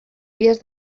vies